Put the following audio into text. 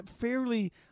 fairly –